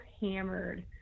hammered